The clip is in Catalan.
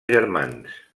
germans